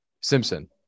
Simpson